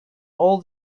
all